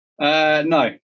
no